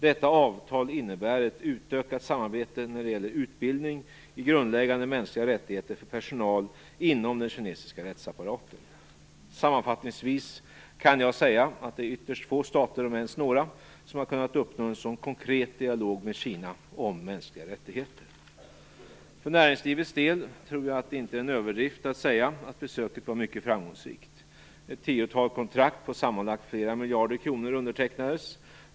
Detta avtal innebär ett utökat samarbete när det gäller utbildning i grundläggande mänskliga rättigheter för personal inom den kinesiska rättsapparaten. Sammanfattningsvis kan jag säga att det är ytterst få stater om ens några som har kunnat uppnå en så konkret dialog med Kina om mänskliga rättigheter. För näringslivets del tror jag att det inte är en överdrift att säga att besöket var mycket framgångsrikt. Ett tiotal kontrakt på sammanlagt flera miljarder kronor undertecknades.